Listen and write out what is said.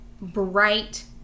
bright